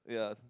yeah